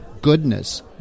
goodness